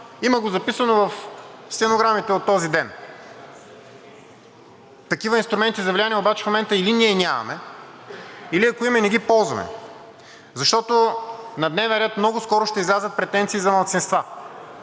Има го записано в стенограмите от този ден. Такива инструменти за влияние обаче в момента или ние нямаме, или ако имаме, не ги ползваме, защото на дневен ред много скоро ще излязат претенции за малцинства